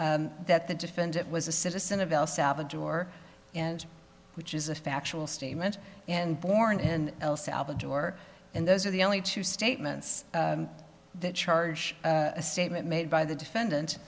that the defendant was a citizen of el salvador which is a factual statement and born in el salvador and those are the only two statements that charge a statement made by the defendant